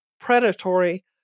predatory